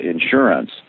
Insurance